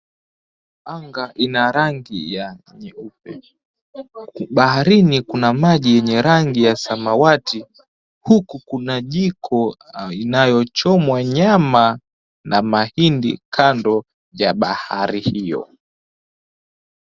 Anga ina rangi ya nyeupe, baharini kuna maji yenye rangi ya samawati, huku kuna jiko inayochomwa nyama na mahindi kando ya bahari hiyo.